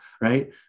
right